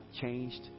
changed